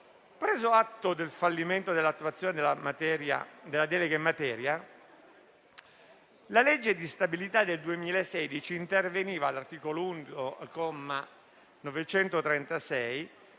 Preso atto del fallimento dell'attuazione della delega in materia, la legge di stabilità del 2016 interveniva, all'articolo 1,